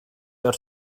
your